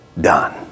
done